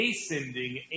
ascending